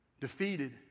defeated